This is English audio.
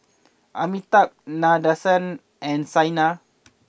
Amitabh Nadesan and Saina